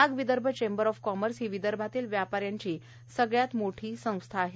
नाग Vidarbha chamber of commerce ही विदर्भातील व्यापाऱ्यांची सगळ्यात मोठी संघटना आहे